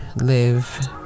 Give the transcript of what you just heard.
Live